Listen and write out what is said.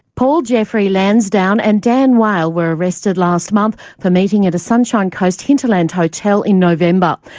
paul jeffery lansdowne and dan whale were arrested last month for meeting at a sunshine coast hinterland hotel in november.